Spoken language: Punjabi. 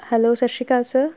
ਹੈਲੋ ਸਤਿ ਸ਼੍ਰੀ ਅਕਾਲ ਸਰ